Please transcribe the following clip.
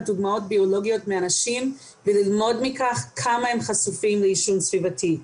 דוגמאות ביולוגיות מאנשים וללמוד כמה הם חשופים לעישון סביבתי.